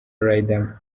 riderman